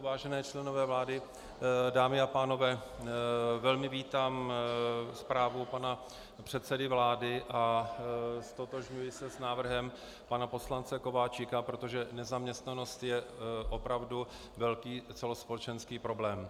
Vážení členové vlády, dámy a pánové, velmi vítám zprávu pana předsedy vlády a ztotožňuji se s návrhem pana poslance Kováčika, protože nezaměstnanost je opravdu velký celospolečenský problém.